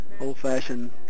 old-fashioned